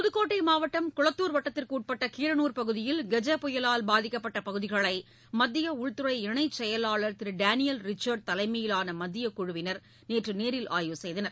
புதுக்கோட்டை மாவட்டம் குளத்தூர் வட்டத்திற்கு உட்பட்ட கீரனூர் பகுதியில் கஜா புயலால் பாதிக்கப்பட்ட பகுதிகளை மத்திய உள்துறை இணைச் செயலாளர் திரு டேனியல் ரிச்சர்ட் தலைமையிலான மத்தியக் குழுவினர் நேற்று நேரில் ஆய்வு செய்தனர்